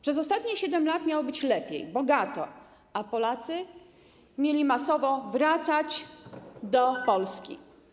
Przez ostatnie 7 lat miało być lepiej, bogato, a Polacy mieli masowo wracać do Polski.